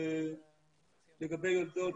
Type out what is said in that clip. לגבי יולדות,